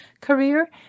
career